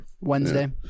Wednesday